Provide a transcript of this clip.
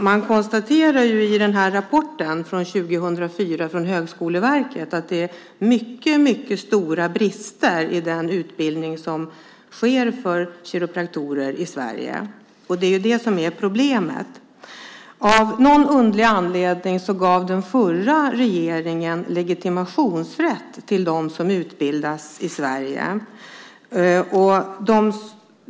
Man konstaterar i en rapport år 2004 från Högskoleverket att det är mycket stora brister i utbildningen för kiropraktorer i Sverige. Det är det som är problemet. Av någon underlig anledning gav den förra regeringen legitimationsrätt till dem som utbildas i Sverige.